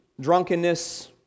drunkenness